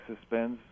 suspends